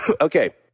Okay